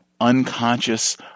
unconscious